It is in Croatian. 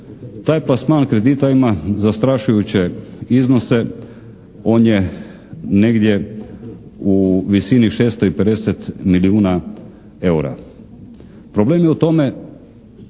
Taj plasman kredita ima zastrašujuće iznose, on je negdje u visini 650 milijuna eura. Problem je u tome